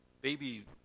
baby